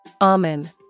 Amen